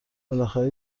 بالاخره